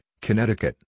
Connecticut